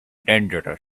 dangerous